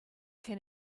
can